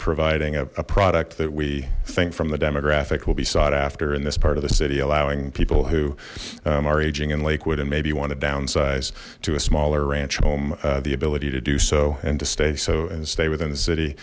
providing a product that we think from the demographic will be sought after in this part of the city allowing people who are aging in lakewood and maybe want to downsize to a smaller ranch home the ability to do so and to stay so and stay within the city